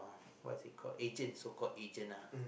what is it called agent so called agent uh ah